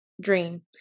dream